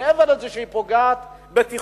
מעבר לזה שהיא פוגעת בתכנון,